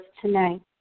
tonight